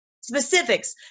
specifics